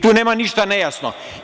Tu nema ništa nejasno.